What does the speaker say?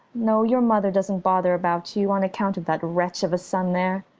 no, your mother doesn't bother about you on account of that wretch of a son there.